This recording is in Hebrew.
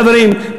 חברים,